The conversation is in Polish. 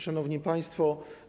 Szanowni Państwo!